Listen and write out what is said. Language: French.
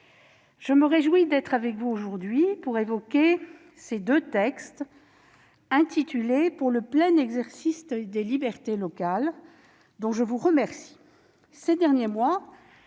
je me réjouis d'être avec vous aujourd'hui pour évoquer ces deux textes, intitulés « Pour le plein exercice des libertés locales », dont je vous remercie. Ces derniers mois,